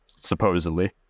supposedly